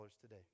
today